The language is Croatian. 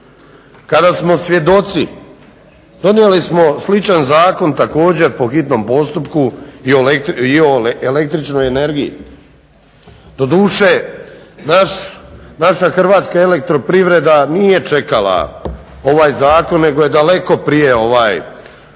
kada smo svjedoci, donijeli smo sličan zakon također po hitnom postupku i o el.energiji. doduše naša HEP nije čekala ovaj zakon nego je daleko prije išla